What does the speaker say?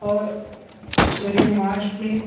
اور ذریعہ معاش میں